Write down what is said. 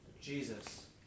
Jesus